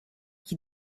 qui